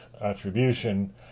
attribution